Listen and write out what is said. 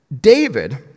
David